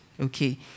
okay